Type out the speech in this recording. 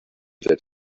that